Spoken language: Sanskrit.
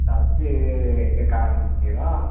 तद् एकं कारणमस्ति वा